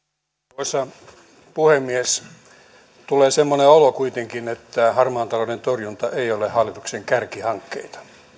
arvoisa puhemies tulee semmoinen olo kuitenkin että harmaan talouden torjunta ei ole hallituksen kärkihankkeita